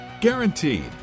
guaranteed